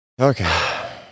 Okay